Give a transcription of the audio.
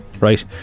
Right